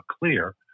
clear